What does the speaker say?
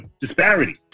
disparity